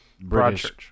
British